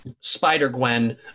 Spider-Gwen